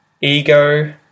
ego